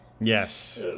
Yes